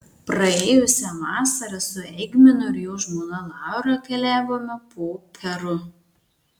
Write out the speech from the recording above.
praėjusią vasarą su eigminu ir jo žmona laura keliavome po peru